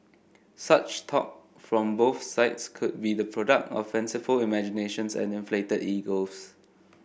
such talk from both sides could be the product of fanciful imaginations and inflated egos